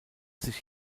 sich